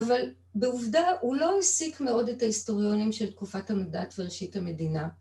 אבל בעובדה הוא לא העסיק מאוד את ההיסטוריונים של תקופת המנדט וראשית המדינה.